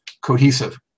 cohesive